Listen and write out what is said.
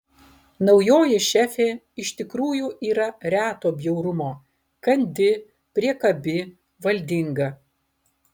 naujoji šefė iš tikrųjų yra reto bjaurumo kandi priekabi valdinga